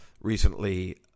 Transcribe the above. recently